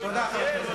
הוא התקפל.